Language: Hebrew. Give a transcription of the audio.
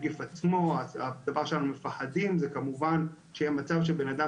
הדבר שאנחנו מפחדים ממנו זה כמובן שיהיה מצב שאדם